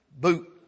boot